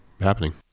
happening